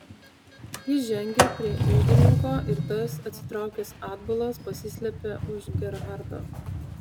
jis žengė prie iždininko ir tas atsitraukęs atbulas pasislėpė už gerhardo